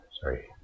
Sorry